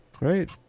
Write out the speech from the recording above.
Right